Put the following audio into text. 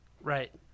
Right